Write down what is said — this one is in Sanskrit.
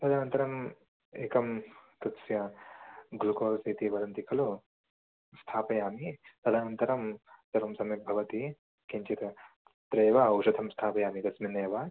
तदनन्तरम् एकं तस्य ग्लुकोस् इति वदन्ति खलु स्थापयामि तदनन्तरं सर्वं सम्यक् भवति किञ्चिद् अत्रैव औषधं स्थापयामि तस्मिन्नेव